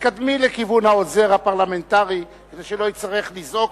תתקרבי בבקשה לעוזר הפרלמנטרי כדי שלא יצטרך לזעוק,